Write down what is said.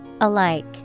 alike